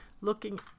looking